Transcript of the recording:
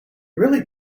really